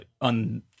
on